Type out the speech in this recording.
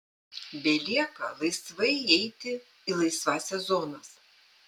belieka laisvai įeiti į laisvąsias zonas